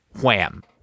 wham